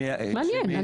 מעניין.